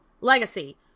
legacy